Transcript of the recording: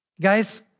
Guys